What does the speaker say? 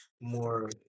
more